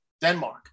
Denmark